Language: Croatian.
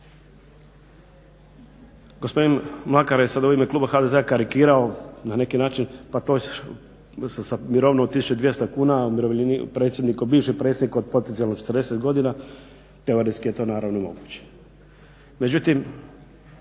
Gospodin Mlakar je sad u ime kluba HDZ-a karikirao na neki način pa to sa mirovinom od 1200 kuna, bivši predsjednik od potencijalno 40 godina teoretski je to naravno moguće.